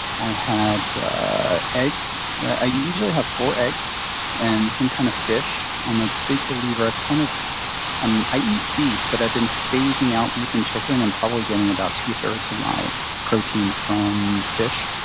i had eggs. i usually have four eggs and some kind of fish. i'm a big believer i've kind of i eat beef, but i've been phasing out beef and chicken and probably getting about two thirds of my protein from fish.